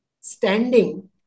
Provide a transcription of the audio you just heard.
standing